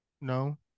No